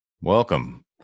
Welcome